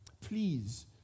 Please